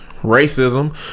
racism